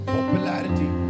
popularity